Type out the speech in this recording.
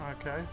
Okay